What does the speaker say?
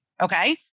Okay